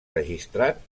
registrat